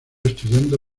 estudiando